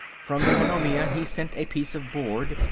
from pannonia he sent a piece of board,